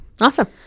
awesome